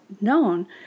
known